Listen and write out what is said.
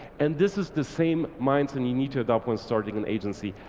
and this is the same mindset you need to adapt when starting an agency.